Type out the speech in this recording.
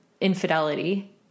infidelity